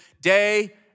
day